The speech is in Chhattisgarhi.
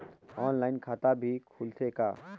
ऑनलाइन खाता भी खुलथे का?